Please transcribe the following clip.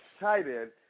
excited